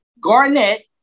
Garnett